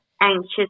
anxious